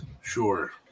Sure